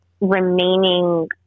remaining